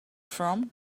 from